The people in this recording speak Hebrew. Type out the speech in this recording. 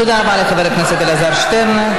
תודה רבה לחבר הכנסת אלעזר שטרן.